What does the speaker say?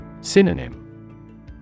Synonym